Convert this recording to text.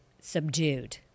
subdued